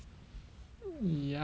ya